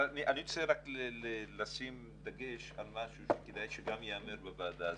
אני רוצה רק לשים דגש על משהו שכדאי שגם ייאמר בוועדה הזאת.